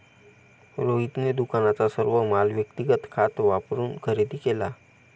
रोहितने दुकानाचा सर्व माल व्यक्तिगत खात वापरून खरेदी केला